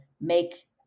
make